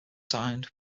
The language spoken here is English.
signed